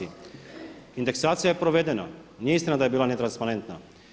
Indeksacija je provedena, nije istina da je bila netransparentna.